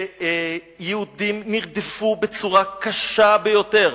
יהודים נרדפו בצורה קשה ביותר.